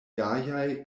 gajaj